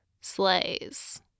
sleighs